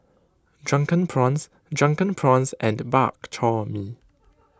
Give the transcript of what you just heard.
Drunken Prawns Drunken Prawns and Bak Chor Mee